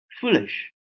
foolish